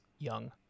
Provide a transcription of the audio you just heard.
Young